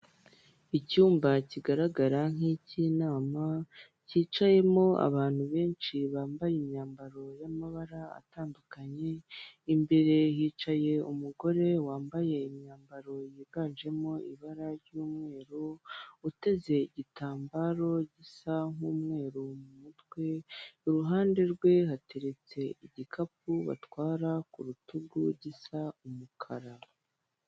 Icyumba kigaragara nki'cy'inama cyicayemo abantu benshi bambaye imyambaro y'amabara atandukanye, imbere hicaye umugore wambaye imyambaro yiganjemo ibara ry'umweru, uteze igitambaro gisa nk'umweru mu mutwe. Iruhande rwe hateretse igikapu batwara ku rutugu gisa umukara.